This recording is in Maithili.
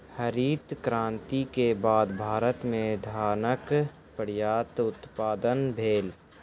हरित क्रांति के बाद भारत में धानक पर्यात उत्पादन भेल